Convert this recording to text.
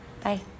Bye